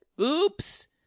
Oops